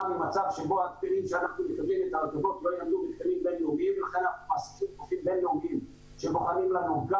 ממצב שבו --- וגופים בין-לאומיים שבוחנים לנו גם